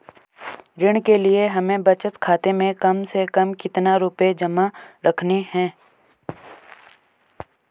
ऋण के लिए हमें बचत खाते में कम से कम कितना रुपये जमा रखने हैं?